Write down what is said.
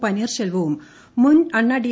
പനീർശെൽവവും മുൻ അണ്ണാ ഡി